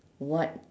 what